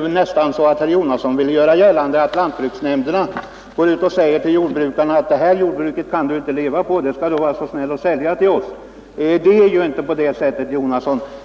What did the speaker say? det som om herr Jonasson ville göra gällande att lantbruksnämnderna går ut och säger till jordbrukarna: ”Det här jordbruket kan Du inte leva på, det skall Du vara snäll och sälja till oss.” Så går det inte till, herr Jonasson.